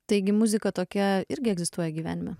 taigi muzika tokia irgi egzistuoja gyvenime